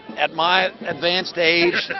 at my advanced age,